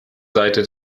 seite